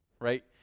right